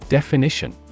Definition